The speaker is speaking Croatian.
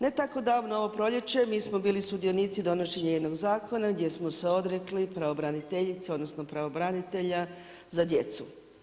Ne tako davno ovo proljeće mi smo bili sudionici donošenje jednog zakona, gdje smo se odrekli pravobraniteljice, odnosno pravobranitelja za djecu.